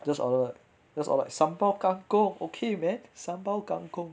just order just order like sambal kang kong okay man sambal kang kong